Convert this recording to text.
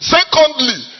Secondly